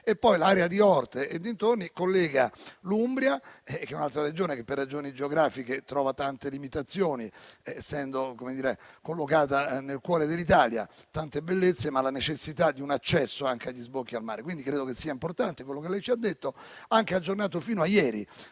mare. L'area di Orte e dintorni collega l'Umbria, che è un'altra Regione che per ragioni geografiche trova tante limitazioni, essendo collocata nel cuore dell'Italia, con tante bellezze ma ha la necessità di un accesso anche agli sbocchi al mare. Credo che sia importante quello che lei, Ministro, ci ha riferito, peraltro aggiornato fino a ieri